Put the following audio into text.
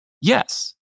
yes